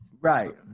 right